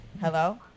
hello